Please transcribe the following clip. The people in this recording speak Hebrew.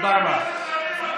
תודה רבה.